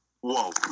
Whoa